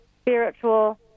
spiritual